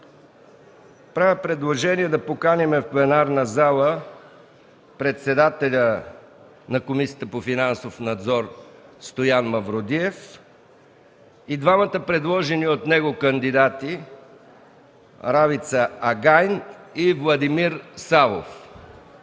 Правя предложение да поканим в пленарната зала председателя на Комисията за финансов надзор Стоян Мавродиев и двамата, предложени от него, кандидати Ралица Агайн и Владимир Савов.